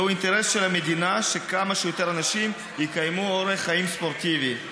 זהו האינטרס של המדינה שכמה שיותר אנשים יקיימו אורח חיים ספורטיבי.